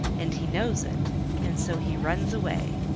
and he knows it and so he runs away.